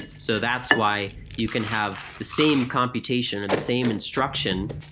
so that's why you can have the same computation or the same instruction,